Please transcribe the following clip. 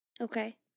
Okay